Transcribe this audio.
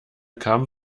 kam